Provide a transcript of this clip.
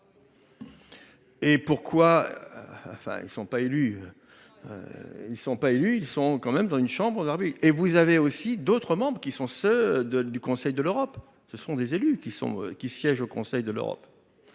Et pourquoi, enfin, ils ne sont pas élus, ils ne sont pas élus, ils sont quand même dans une chambre d'et vous avez aussi d'autres membres qui sont ceux de du Conseil de l'Europe, ce sont des élus qui sont, qui siège au Conseil de l'Europe,